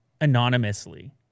anonymously